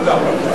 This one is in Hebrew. תודה.